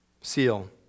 seal